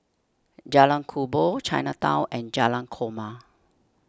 Jalan Kubor Chinatown and Jalan Korma